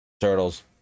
Turtles